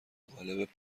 قالب